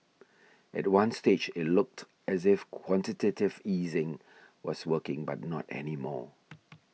at one stage it looked as if quantitative easing was working but not any more